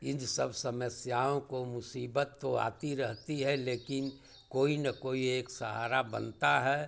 इन सब समस्याओं को मुसीबत तो आती रहती है लेकिन कोई न कोई एक सहारा बनता है